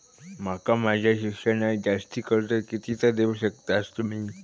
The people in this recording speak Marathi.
माका माझा शिक्षणाक जास्ती कर्ज कितीचा देऊ शकतास तुम्ही?